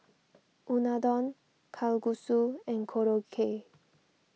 Unadon Kalguksu and Korokke